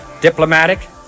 diplomatic